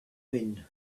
wind